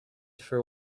for